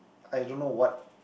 I don't know what